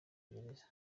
gereza